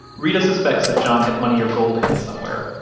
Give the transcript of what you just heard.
reta suspects that john had money or gold hidden somewhere.